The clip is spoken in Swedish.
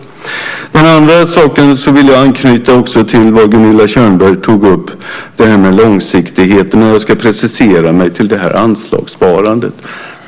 Jag vill också anknyta till det Gunilla Tjernberg tog upp om långsiktigheten. Jag ska precisera mig till anslagssparandet.